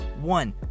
One